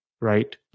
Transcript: right